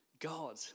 God